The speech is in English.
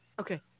Okay